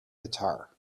guitar